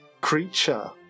creature